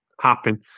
happen